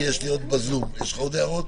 יש עוד אנשים בזום שרוצים להתייחס.